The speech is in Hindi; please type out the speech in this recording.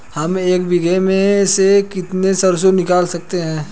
हम एक बीघे में से कितनी सरसों निकाल सकते हैं?